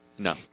No